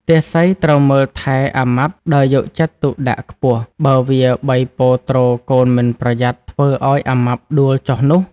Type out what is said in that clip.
ទាសីត្រូវមើលថែអាម៉ាប់ដោយយកចិត្តទុកដាក់ខ្ពស់ បើវាបីពរទ្រកូនមិនប្រយ័ត្នធ្វើឱ្យ អាម៉ាប់ដួលចុះនោះ?។